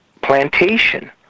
plantation